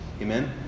Amen